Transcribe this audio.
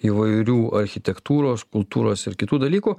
įvairių architektūros kultūros ir kitų dalykų